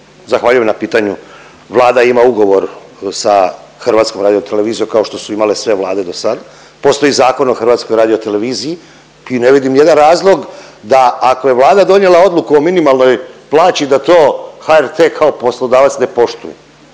zahvaljujem na pitanju, Vlada ima ugovor sa HRT-om, kao što su imale sve Vlade dosad, postoji Zakon o HRT-u i ne vidim nijedan razlog da ako je Vlada donijela odluku o minimalnoj plaći da to HRT kao poslodavac ne poštuje.